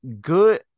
good